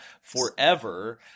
forever